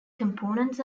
components